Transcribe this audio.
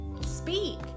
speak